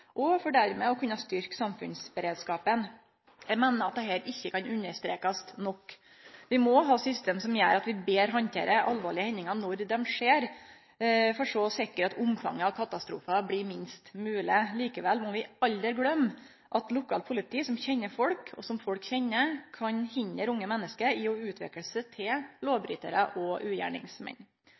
for dermed å kunne styrkje samfunnsberedskapen. Eg meiner dette ikkje kan understrekast nok. Vi må ha system som gjer at vi betre handterer alvorlege handlingar når dei skjer, for så å sikre at omfanget av katastrofar blir minst mogleg. Likevel må vi aldri gløyme at lokalt politi – som kjenner folk, og som folk kjenner – kan hindre unge menneske i å utvikle seg til lovbrytarar og ugjerningsmenn.